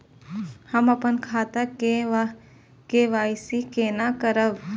हम अपन खाता के के.वाई.सी केना करब?